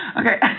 Okay